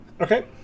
Okay